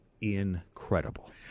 incredible